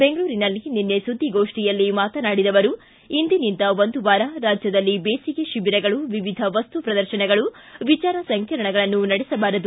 ಬೆಂಗಳೂರಿನಲ್ಲಿ ನಿನ್ನೆ ಸುದ್ದಿಗೋಷ್ಠಿಯಲ್ಲಿ ಮಾತನಾಡಿದ ಅವರು ಇಂದಿನಿಂದ ಒಂದು ವಾರ ರಾಜ್ಯದಲ್ಲಿ ಬೇಸಿಗೆ ಶಿಬಿರಗಳು ವಿವಿಧ ವಸ್ತು ಪ್ರದರ್ತನಗಳು ವಿಚಾರ ಸಂಕಿರಣಗಳನ್ನು ನಡೆಸಬಾರದು